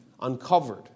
uncovered